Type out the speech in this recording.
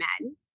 men